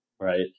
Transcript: Right